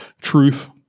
truth